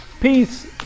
Peace